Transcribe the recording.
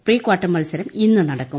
pre quarter മത്സരം ഇന്ന് നടക്കും